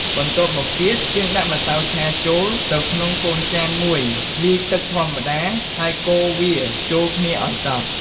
បន្ទាប់មកទៀត យើងដាក់ម្សៅឆាចូលទៅក្នុងកូនចានមួយលាយទឺកធម្មតា ហើយកូរវាចូលគ្នាឱ្យសព្វ។